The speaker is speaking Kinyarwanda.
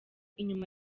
inyuma